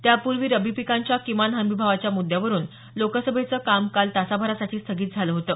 त्यापूर्वी रब्बी पिकांच्या किमान हमीभावाच्या मुद्यावरून लोकसभेचं काम काल तासाभरासाठी स्थगित झालं होतं